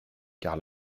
carl